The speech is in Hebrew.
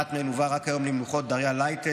אחת מהן הובאה רק היום למנוחות, דריה לייטל,